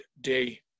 day